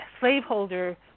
slaveholder